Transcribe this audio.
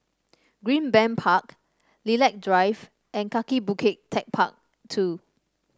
Greenbank Park Lilac Drive and Kaki Bukit TechparK Two